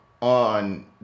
on